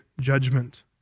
judgment